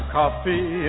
coffee